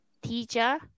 teacher